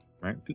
right